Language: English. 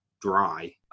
dry